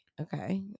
okay